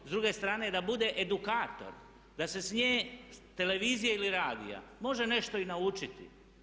S druge strane da bude edukator da se s nje, s televizije ili radija može nešto i naučiti.